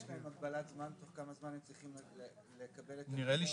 יש להם הגבלת זמן תוך כמה זמן הם צריכים לקבל את